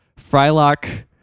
Frylock